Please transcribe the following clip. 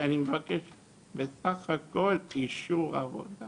אני מבקש בסך הכל אישור עבודה